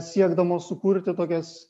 siekdamos sukurti tokias